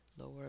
lower